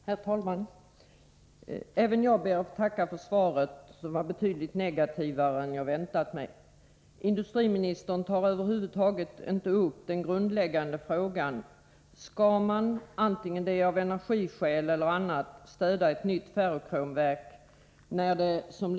Herr talman! Även jag ber att få tacka industriministern för svaret, vilket var betydligt mera negativt än jag hade väntat mig. Industriministern tar över huvud taget inte upp den grundläggande frågan, om man skall — av energipolitiska skäl eller av andra skäl — stödja förslaget beträffande ett nytt ferrokromverk.